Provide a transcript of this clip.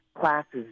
classes